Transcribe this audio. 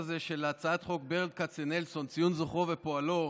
בהצעת החוק של ברל כצנלסון (ציון זכרו ופועלו)